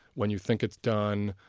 when you think it's done,